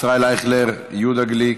ישראל אייכלר, יהודה גליק,